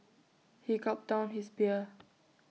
he gulped down his beer